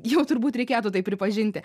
jau turbūt reikėtų tai pripažinti